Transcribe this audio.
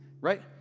right